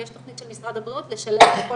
ויש תכנית של משרד הבריאות לשלב את כל